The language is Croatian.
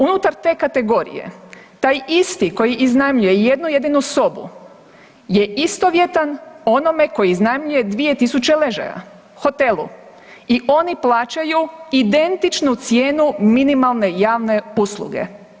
Unutar te kategorije taj isti koji iznajmljuje jednu jedinu sobu je istovjetan onome koji iznajmljuje 2000 ležaja hotelu i oni plaćaju identičnu cijenu minimalne javne usluge.